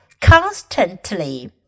constantly